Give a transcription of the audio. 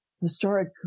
Historic